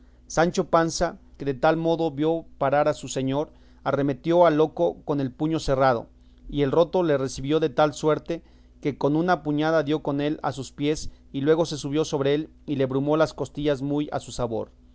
sancho panza que de tal modo vio parar a su señor arremetió al loco con el puño cerrado y el roto le recibió de tal suerte que con una puñada dio con él a sus pies y luego se subió sobre él y le brumó las costillas muy a su sabor